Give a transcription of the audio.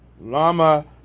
lama